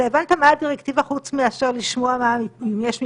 אתה הבנת מה הדירקטיבה חוץ מאשר לשמוע אם יש למיפוי?